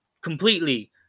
Completely